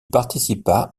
participa